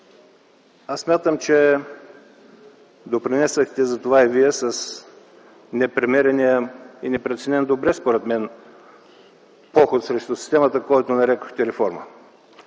а смятам, че допринесохте за това и вие с непремерения и непреценен добре, според мен, поход срещу системата, който нарекохте реформа.